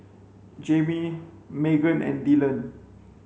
Jaime Magen and Dylan